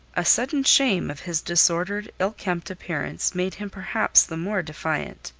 a sudden shame of his disordered, ill-kempt appearance made him perhaps the more defiant.